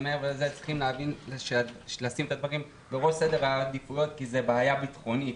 צריכים לשים את הדברים בראש סדר העדיפויות כי זו בעיה ביטחונית,